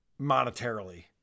monetarily